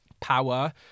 power